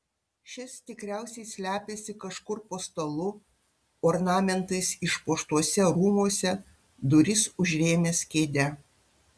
šis tikriausiai slepiasi kažkur po stalu ornamentais išpuoštuose rūmuose duris užrėmęs kėde